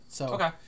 Okay